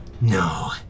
No